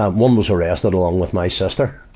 um one was arrested along with my sister,